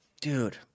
Dude